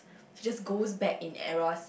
just goes back in eras